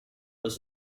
was